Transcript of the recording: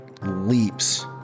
leaps